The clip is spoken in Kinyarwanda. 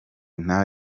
nta